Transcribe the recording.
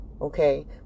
okay